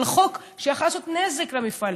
בחוק שהיה יכול לעשות נזק למפעלים.